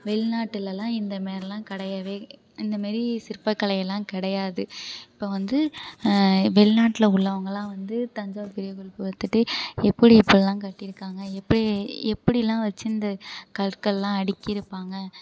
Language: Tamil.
வெளிநாட்டிலெல்லாம் இந்த மாரிலாம் கிடையவே இந்த மாரி சிற்பக்கலை எல்லாம் கிடையாது இப்போ வந்து வெளிநாட்டில் உள்ளவங்கெல்லாம் வந்து தஞ்சாவூர் பெரிய கோவில் பார்த்துட்டு எப்படி இப்படி எல்லாம் கட்டியிருக்காங்க எப்படி எப்படிலாம் வெச்சு இந்த கற்களெல்லாம் அடுக்கியிருப்பாங்க